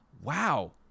wow